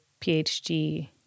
PhD